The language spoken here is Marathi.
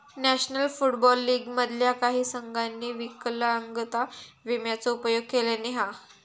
नॅशनल फुटबॉल लीग मधल्या काही संघांनी विकलांगता विम्याचो उपयोग केल्यानी हा